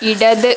ഇടത്